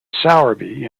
sowerby